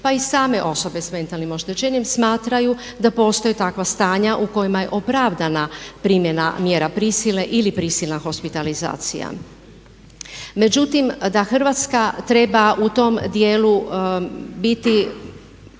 pa i same osobe sa mentalnim oštećenjem smatraju da postoje takva stanja u kojima je opravdana primjena mjera prisile ili prisilna hospitalizacija. Međutim, da Hrvatska treba u tom dijelu biti,